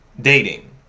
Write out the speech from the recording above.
Dating